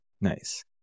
nice